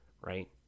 Right